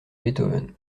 beethoven